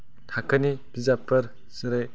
थाखोनि बिजाबफोर जेरै